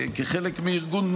כחלק מארגון,